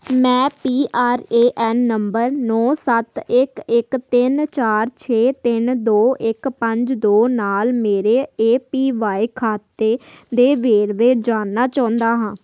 ਮੈਂ P R A N ਨੰਬਰ ਨੌਂ ਸੱਤ ਇੱਕ ਇੱਕ ਤਿੰਨ ਚਾਰ ਛੇ ਤਿੰਨ ਦੋ ਇੱਕ ਪੰਜ ਦੋ ਨਾਲ ਮੇਰੇ ਏ ਪੀ ਵਾਈ ਖਾਤੇ ਦੇ ਵੇਰਵੇ ਜਾਣਨਾ ਚਾਹੁੰਦਾ ਹਾਂ